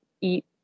eat